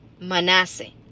manasseh